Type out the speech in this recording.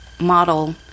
model